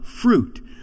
fruit